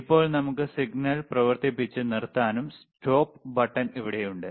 ഇപ്പോൾ നമുക്ക് സിഗ്നൽ പ്രവർത്തിപ്പിച്ച് നിർത്താനും സ്റ്റോപ്പ് ബട്ടൺ ഇവിടെയുണ്ട്